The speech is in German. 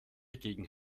gegen